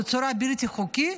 בצורה בלתי חוקית,